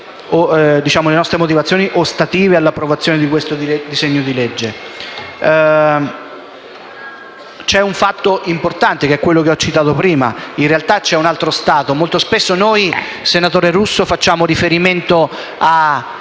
le nostre motivazioni ostative all'approvazione del disegno di legge in esame. C'è un fatto importante, che ho citato prima: in realtà c'è un altro Stato. Molto spesso noi, senatore Russo, facciamo riferimento ad